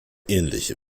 ähnliche